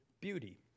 beauty